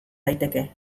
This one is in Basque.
daiteke